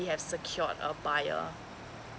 have secured a buyer